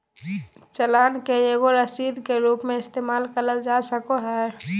चालान के एगो रसीद के रूप मे इस्तेमाल करल जा सको हय